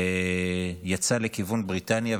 יצא לכיוון בריטניה,